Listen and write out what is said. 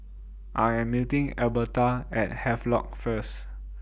I Am meeting Elberta At Havelock First